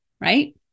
right